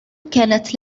كانت